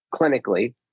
clinically